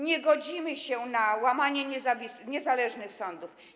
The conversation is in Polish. Nie godzimy się na łamanie niezależnych sądów.